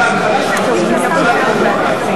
התשע"א 2010,